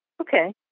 Okay